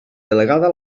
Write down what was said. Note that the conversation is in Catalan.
delegada